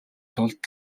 тулд